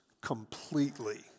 completely